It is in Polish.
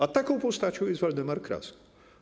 A taką postacią jest Waldemar Kraska.